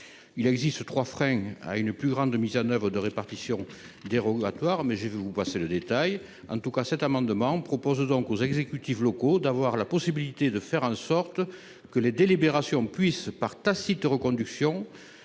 il existe 3 frein à une plus grande mise en oeuvre de répartition dérogatoire, mais j'ai vu, voici le détail en tout cas, cet amendement propose donc aux exécutifs locaux d'avoir la possibilité de faire en sorte que les délibérations puisse par tacite reconduction,